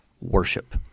worship